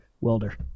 welder